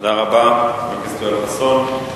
תודה רבה לחבר הכנסת יואל חסון.